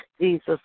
Jesus